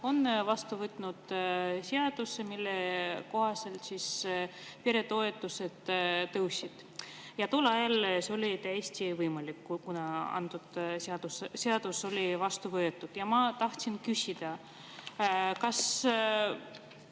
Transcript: vastu seaduse, mille kohaselt siis peretoetused tõusid. Tol ajal see oli täiesti võimalik, kuna antud seadus oli vastu võetud. Ja ma tahan küsida. Kas